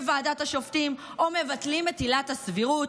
ועדת השופטים או מבטלים נטילת הסבירות,